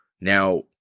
Now